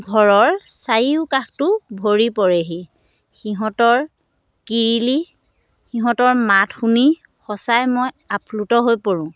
ঘৰৰ চাৰিওকাষটো ভৰি পৰেহি সিহঁতৰ কিৰিলি সিহঁতৰ মাত শুনি সঁচাই মই আপ্লুত হৈ পৰোঁ